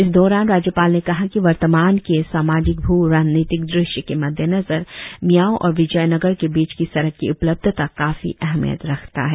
इस दौरान राज्यपाल ने कहा की वर्तमान के सामाजिक भ्र रणनीतिक दृश्य के मद्देनजर मियाओ और विजोयनगर के बीच की सड़क की उपलब्धता काफी अहमियत रखता है